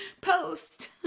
post